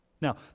Now